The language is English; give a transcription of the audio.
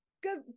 good